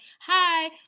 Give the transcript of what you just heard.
hi